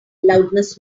loudness